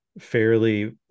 fairly